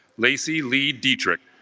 lacy lee dietrich